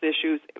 issues